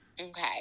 Okay